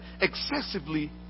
excessively